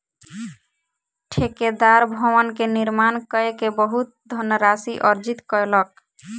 ठेकेदार भवन के निर्माण कय के बहुत धनराशि अर्जित कयलक